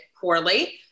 poorly